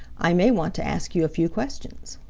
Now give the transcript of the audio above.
i may want to ask you a few questions.